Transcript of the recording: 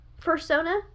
persona